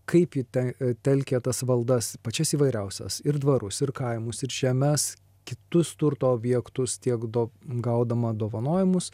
kaip ji tai telkia tas valdas pačias įvairiausias ir dvarus ir kaimus ir žemes kitus turto objektus tiek daug gaudama dovanojimus